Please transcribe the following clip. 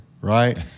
right